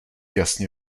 jasně